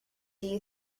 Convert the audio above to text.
you